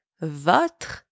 votre